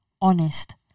honest